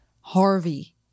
Harvey